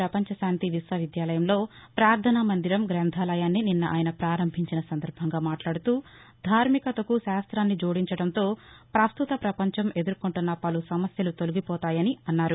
పపంచశాంతి విశ్వ విద్యాలయంలో పార్ణనా మందిరం గంధాలయాన్ని నిన్న ఆయన ప్రారంభించిన సందర్భంగా మాట్లాడుతూధార్మికతకు శాస్తాన్ని జోడించడంతో పస్తుత పపంచం ఎదుర్కొంటున్న పలు సమస్యలు తొలగిపోతాయని అన్నారు